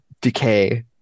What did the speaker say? decay